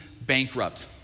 bankrupt